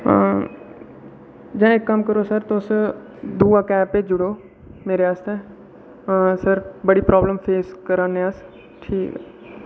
जां इक कम्म करो तुस दूआ कैब भेज्जी ओड़ो मेरे आस्तै सर बड़ी प्राब्लम फेस करा ने अस ठीक ऐ